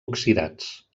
oxidats